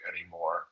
anymore